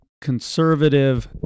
conservative